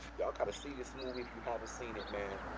yaw'll got to see this movie if you haven't seen it man,